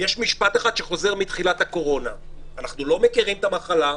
לא מכירים את המחלה,